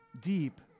deep